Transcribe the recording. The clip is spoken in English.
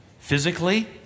Physically